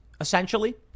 essentially